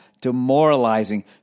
demoralizing